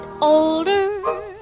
older